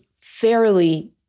fairly